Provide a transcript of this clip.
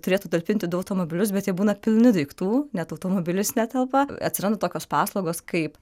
turėtų talpinti du automobilius bet jie būna pilni daiktų net automobilis netelpa atsiranda tokios paslaugos kaip